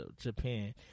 Japan